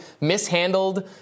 mishandled